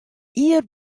jier